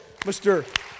Mr